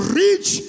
reach